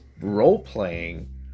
role-playing